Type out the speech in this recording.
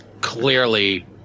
clearly